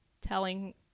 telling